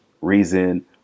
reason